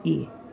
کی